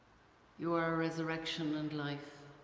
you are our resurrection and life